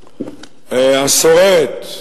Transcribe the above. הסוערת,